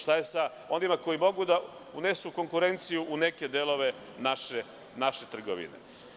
Šta je sa onima koji mogu da unesu konkurenciju u neke delove naše trgovine?